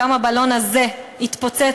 גם הבלון הזה יתפוצץ,